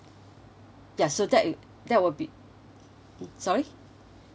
ya so that that will be mm sorry